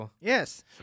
Yes